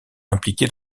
impliqué